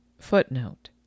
Footnote